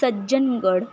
Sajjangad